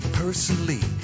personally